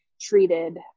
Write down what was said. treated